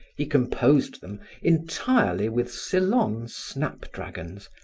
he composed them entirely with ceylon snap-dragons,